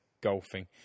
golfing